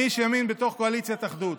אני איש ימין בתוך קואליציית אחדות.